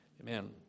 Amen